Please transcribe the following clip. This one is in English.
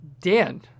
Dan